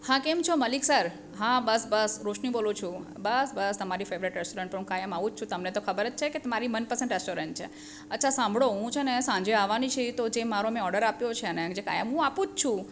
હા કેમ છો મલિક સર હા બસ બસ રોશની બોલું બસ બસ તમારી ફેવરિટ રેસ્ટોરન્ટ તો કાયમ આવું જ છું તમને તો ખબર જ છે કે મારી મનપસંદ રેસ્ટોરન્ટ છે અચ્છા સાંભળો હું છે ને સાંજે આવવાની છે એ તો જે મારો ઓર્ડર આપ્યો છે ને જે કાયમ આપું જ છું